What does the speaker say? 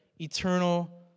eternal